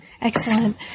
Excellent